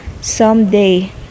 someday